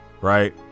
right